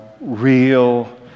real